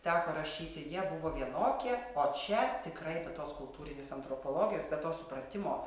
teko rašyti jie buvo vienokie o čia tikrai be tos kultūrinės antropologijos be to supratimo